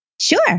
Sure